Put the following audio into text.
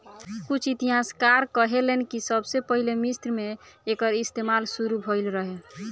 कुछ इतिहासकार कहेलेन कि सबसे पहिले मिस्र मे एकर इस्तमाल शुरू भईल रहे